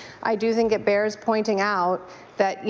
i do think it bears pointing out that, you